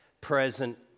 present